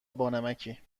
بانمکی